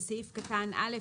(1)בסעיף קטן (א),